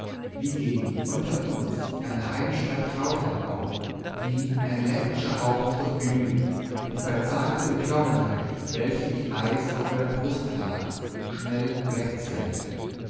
wie ging unter uns eine heimische vertraulichkeit auf die ein elektrischer hauch mich durchglühend die verzagte beklommenheit welche wie eis auf meiner brust lag schnell wegzehrte